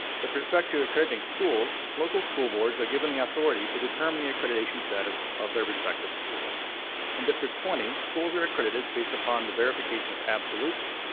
with respect to accrediting schools, local school boards are given the authority to determine the accreditation status of their respective schools in district twenty. schools are accredited based upon the verification of absolutes.